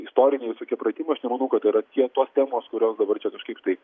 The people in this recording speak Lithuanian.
istoriniai visokie pratimai aš nemanau kad tai yra tie tos temos kurios dabar čia kažkaip tai